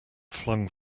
flung